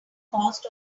cost